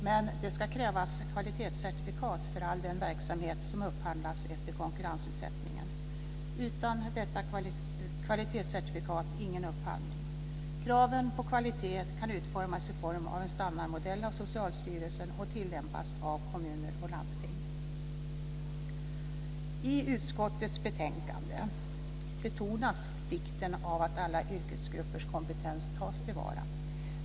Men det ska krävas kvalitetscertifikat för all den verksamhet som upphandlas efter konkurrensutsättningen - utan detta kvalitetscertifikat ingen upphandling. Kraven på kvalitet kan utformas i form av en standardmodell av Socialstyrelsen och tillämpas av kommuner och landsting. I utskottets betänkande betonas vikten av att alla yrkesgruppers kompetens tas till vara.